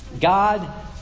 God